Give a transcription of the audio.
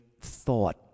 thought